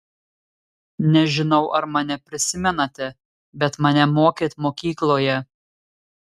nežinau ar mane prisimenate bet mane mokėt mokykloje